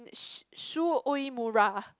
Shu Uemura